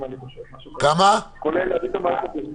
20 מיליון שקלים.